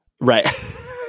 Right